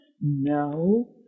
no